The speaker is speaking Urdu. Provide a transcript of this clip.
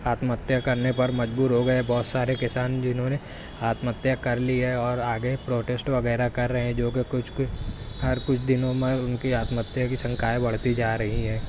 آتم ہتیا کرنے پر مجبور ہو گئے ہیں بہت سارے کسان جنہوں نے آتم ہتیا کرلی ہے اور آگے پروٹیسٹ وغیرہ کر رہے ہیں جوکہ کچھ کچھ ہر کچھ دنوں میں ان کی آتم ہتیا کی سنکھیائیں بڑھتی جا رہی ہے